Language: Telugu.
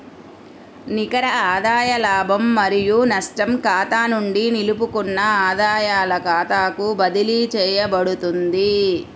నికర ఆదాయ లాభం మరియు నష్టం ఖాతా నుండి నిలుపుకున్న ఆదాయాల ఖాతాకు బదిలీ చేయబడుతుంది